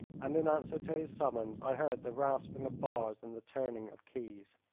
and in answer to his summons i heard the rasping of bars and the turning of keys.